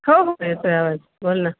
हो हो येतो आहे आवाज बोल ना